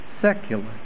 secular